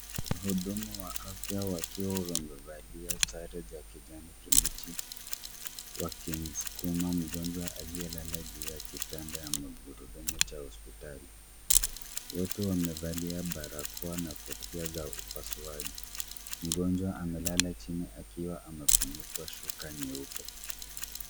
Wahudumu wa afya wakiwa wamevalia sare za kijani kibichi wakimskuma mgonjwa aliyelala juu ya kitanda ya magurudumu cha hospitali. Wote wamevalia barakoa na kofia za upasuaji. Mgonjwa amelala chini akiwa amefunikwa shuka nyeupe.